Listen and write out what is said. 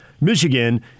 Michigan